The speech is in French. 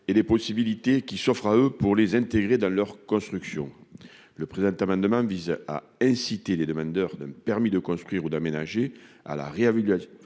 et les possibilités qui s'offrent à eux pour les intégrer dans leur construction le présent amendement vise à inciter les demandeurs d'un permis de construire ou d'aménager à la réalité